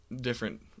different